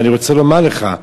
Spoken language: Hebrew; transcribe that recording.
אני רוצה לומר לך: